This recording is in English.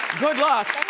good luck.